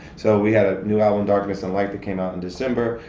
so we had a new album, darkness and light, that came out in december,